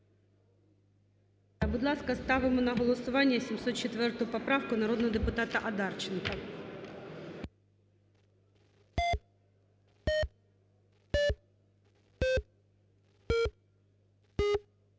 Будь ласка, ставимо на голосування 704 поправку народного депутата Одарченка.